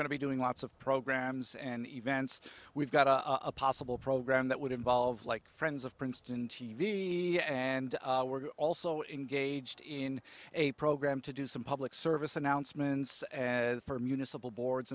going to be doing lots of programs and events we've got a possible program that would involve like friends of princeton t v and we're also engaged in a program to do some public service announcements and municipal boards